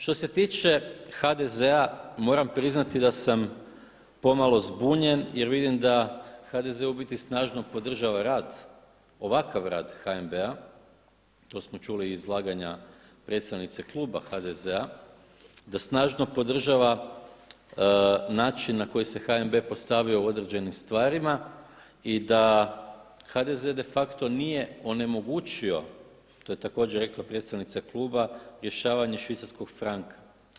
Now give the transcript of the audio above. Što se tiče HDZ-a, moram priznati da sam pomalo zbunjen jer vidim da HDZ u biti snažno podržava rad, ovakav rad HNB-a, to smo čuli i iz izlaganja predstavnice kluba HDZ-a, da snažno podržava način na koji se HNB postavio u određenim stvarima i da HDZ nije de facto onemogućio, to je također rekla predstavnica kluba rješavanje švicarskog franka.